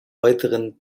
weiteren